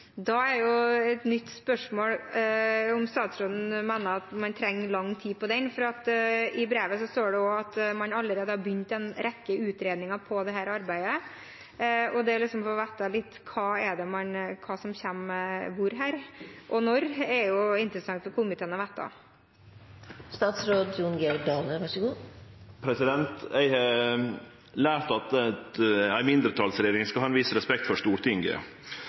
Da er det et nytt spørsmål om statsråden mener man trenger lang tid på den, for i brevet står det også at man allerede har begynt en rekke utredninger til dette arbeidet. Så hva som kommer hvor, og når, er det interessant for komiteen å få vite. Eg har lært at ei mindretalsregjering skal ha ein viss respekt for Stortinget. Det gjer at kva tempo eg legg opp til når det gjeld utarbeiding av den strategien, kjem til å vere påverka av i kva grad Stortinget